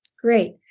Great